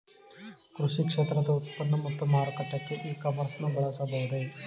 ಕೃಷಿ ಕ್ಷೇತ್ರದ ಉತ್ಪನ್ನ ಮತ್ತು ಮಾರಾಟಕ್ಕೆ ಇ ಕಾಮರ್ಸ್ ನ ಬಳಸಬಹುದೇ?